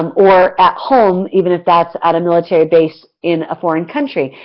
um or at home even if that's at a military base in a foreign country.